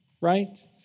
right